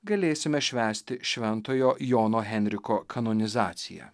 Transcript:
galėsime švęsti šventojo jono henriko kanonizaciją